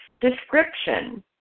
description